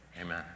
Amen